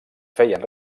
feien